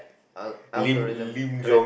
al~ algorithm correct